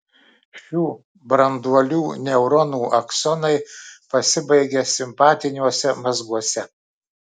šių branduolių neuronų aksonai pasibaigia simpatiniuose mazguose